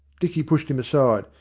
dicky pushed him aside.